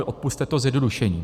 Odpusťte to zjednodušení.